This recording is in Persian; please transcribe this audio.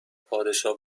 پادشاه